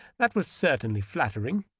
that was certainly flattering.